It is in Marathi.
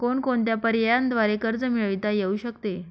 कोणकोणत्या पर्यायांद्वारे कर्ज मिळविता येऊ शकते?